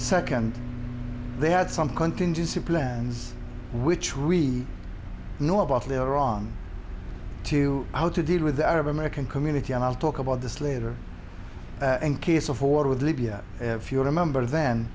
second they had some contingency plans which we know about they were wrong to how to deal with the arab american community and i'll talk about this later and case of war with libya if you remember then